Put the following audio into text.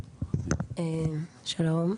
שלום.